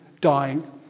dying